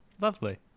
Lovely